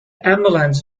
ambulance